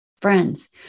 Friends